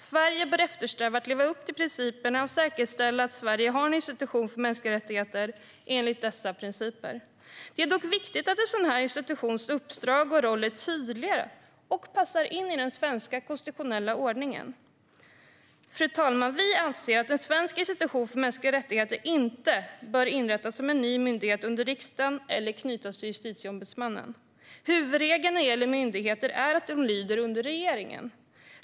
Sverige bör eftersträva att leva upp till Parisprinciperna och säkerställa att Sverige har en institution för mänskliga rättigheter enligt dessa principer. Det är dock viktigt att en sådan institutions uppdrag och roll är tydliga och passar in i den svenska konstitutionella ordningen. Fru talman! Vi anser att en svensk institution för mänskliga rättigheter inte bör inrättas som en ny myndighet under riksdagen eller knytas till Justitieombudsmannen. Huvudregeln när det gäller myndigheter är att de lyder under regeringen.